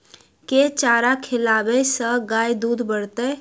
केँ चारा खिलाबै सँ गाय दुध बढ़तै?